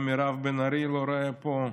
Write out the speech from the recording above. גם מירב בן ארי, שאני לא רואה אותה פה,